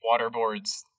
waterboards